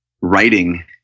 writing